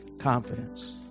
Confidence